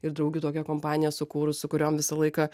ir draugių tokią kompaniją sukūrus su kuriom visą laiką